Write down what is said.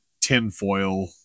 tinfoil